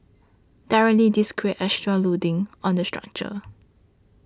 directly this creates extra loading on the structure